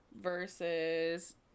versus